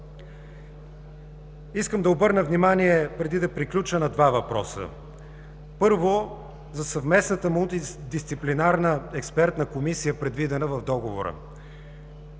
Искам да обърна внимание, преди да приключа, на два въпроса. Първо, за съвместната Мултидисциплинарна експертна комисия, предвидена в Договора.